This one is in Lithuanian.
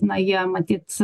na jie matyt